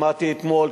שמעתי אתמול,